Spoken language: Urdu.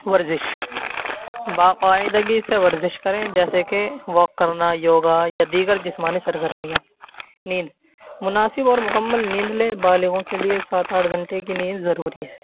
ورزش باقاعدگی سے ورزش کریں جیسے کہ واک کرنا یوگا یا دیگر جسمانی سرگرمیاں نیند مناسب اور مکمل نیند لیں بالغوں کے لیے ساتھ آٹھ گھنٹے کی نیند ضروری ہے